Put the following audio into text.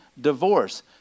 divorce